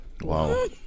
Wow